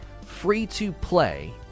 free-to-play